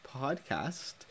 podcast